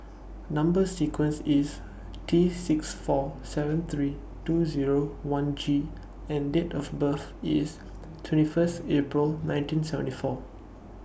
Number sequence IS T six four seven three two Zero one G and Date of birth IS twenty First April nineteen seventy four